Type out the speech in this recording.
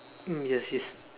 mm yes she's